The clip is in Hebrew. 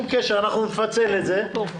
יקבלו שיפוי.